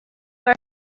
our